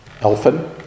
Elfin